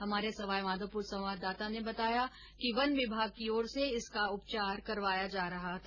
हमारे सवाईमाधोपुर संवाददाता ने बताया कि वन विभाग की ओर से इसका उपचार करवाया जा रहा था